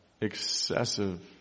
Excessive